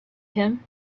him